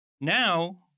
Now